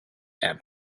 and